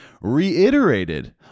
reiterated